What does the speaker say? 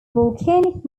volcanic